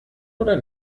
oder